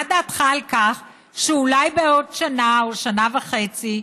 מה דעתך על כך שאולי בעוד שנה או שנה וחצי,